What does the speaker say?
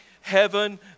heaven